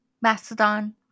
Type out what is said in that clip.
Mastodon